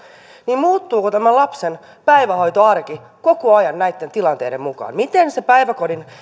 niin muuttuuko tämä lapsen päivähoitoarki koko ajan näitten tilanteiden mukaan miten se päiväkodin